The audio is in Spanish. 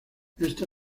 esta